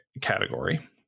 category